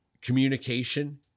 communication